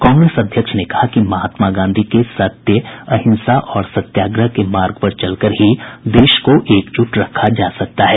कांग्रेस अध्यक्ष ने कहा कि महात्मा गांधी के सत्य अहिंसा और सत्याग्रह के मार्ग पर चलकर ही देश को एकजुट रखा जा सकता है